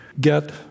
get